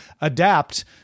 adapt